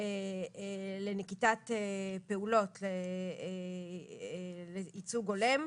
לנקיטת פעולות לייצוג הולם,